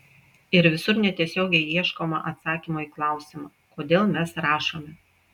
ir visur netiesiogiai ieškoma atsakymo į klausimą kodėl mes rašome